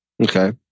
Okay